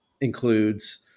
includes